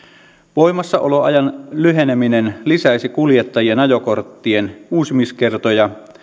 voimassaoloajan lyheneminen lisäisi kuljettajien ajokorttien uusimiskertoja